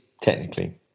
technically